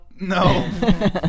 no